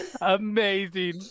amazing